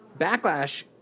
backlash